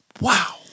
Wow